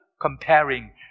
comparing